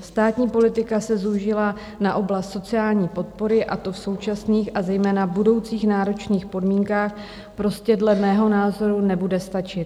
Státní politika se zúžila na oblast sociální podpory a to v současných a zejména v budoucích náročných podmínkách prostě dle mého názoru nebude stačit.